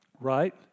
Right